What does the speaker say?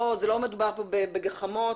לא מדובר פה בגחמות,